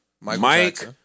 Mike